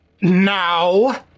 Now